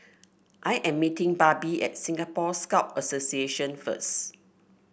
I am meeting Barbie at Singapore Scout Association first